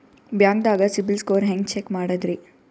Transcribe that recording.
ಬ್ಯಾಂಕ್ದಾಗ CIBIL score ಹೆಂಗ್ check ಮಾಡದ್ರಿ?